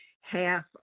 half